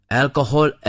alcohol